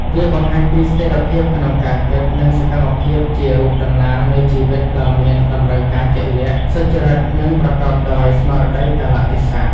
វាបង្ហាញពីស្ថិរភាពក្នុងការគិត និងសកម្មភាពជារូបតំណាងនៃជីវិតដ៏មានតំរូវការជាក់លាក់ សុចរិត និងប្រកបដោយស្មារតីកាលៈទេសៈ។